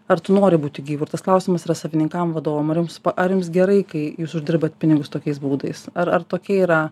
ar tu nori būti gyvu ir tas klausimas yra savininkam vadovam ar jums ar jums gerai kai jūs uždirbat pinigus tokiais būdais ar ar tokia yra